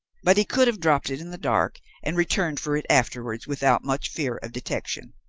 but he could have dropped it in the dark and returned for it afterwards without much fear of detection.